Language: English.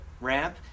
ramp